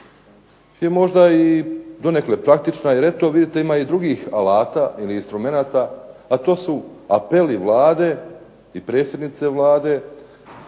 je možda i donekle taktična jer eto vidite ima i drugih alata ili instrumenata, a to su apeli Vlade i predsjednice Vlade